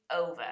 over